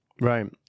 Right